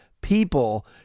people